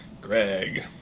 Greg